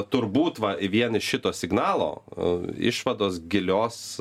turbūt va vien iš šito signalo išvados gilios